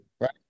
Right